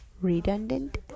Redundant